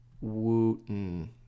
Wooten